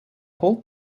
whole